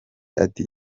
ati